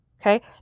Okay